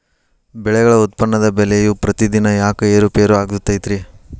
ಬೆಳೆಗಳ ಉತ್ಪನ್ನದ ಬೆಲೆಯು ಪ್ರತಿದಿನ ಯಾಕ ಏರು ಪೇರು ಆಗುತ್ತೈತರೇ?